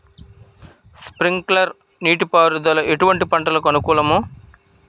Sprinkler నీటిపారుదల ఎటువంటి పంటలకు అనుకూలము?